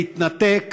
להתנתק